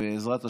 בעזרת השם,